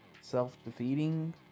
self-defeating